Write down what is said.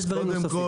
יש דברים נוספים.